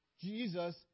Jesus